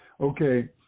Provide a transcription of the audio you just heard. Okay